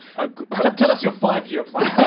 ah tell us your five-year plan.